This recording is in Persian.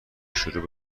شروع